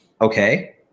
okay